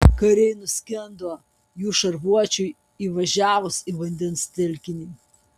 kariai nuskendo jų šarvuočiui įvažiavus į vandens telkinį